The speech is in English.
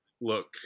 look